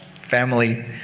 family